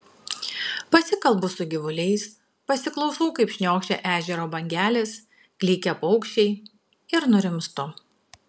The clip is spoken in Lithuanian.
pasikalbu su gyvuliais pasiklausau kaip šniokščia ežero bangelės klykia paukščiai ir nurimstu